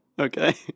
Okay